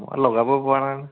মই লগাব পৰা নাই নহয়